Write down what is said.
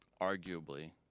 arguably